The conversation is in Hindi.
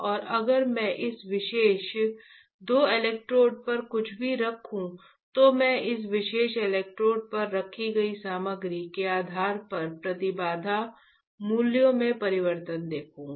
अब अगर मैं इस विशेष दो इलेक्ट्रोड पर कुछ भी रखूं तो मैं इस विशेष इलेक्ट्रोड पर रखी गई सामग्री के आधार पर प्रतिबाधा मूल्यों में परिवर्तन देखूंगा